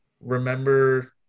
remember